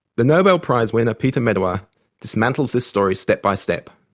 the nobel prize winner peter medawar dismantles the story step-by-step.